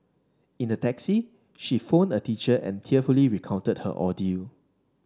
in the taxi she phoned a teacher and tearfully recounted her ordeal